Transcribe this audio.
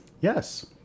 Yes